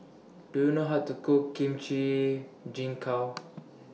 Do YOU know How to Cook Kimchi Jjigae